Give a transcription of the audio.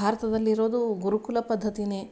ಭಾರತದಲ್ಲಿರುವುದು ಗುರುಕುಲ ಪದ್ಧತಿನೇ